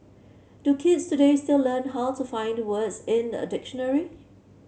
do kids today still learn how to find the words in a dictionary